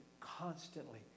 constantly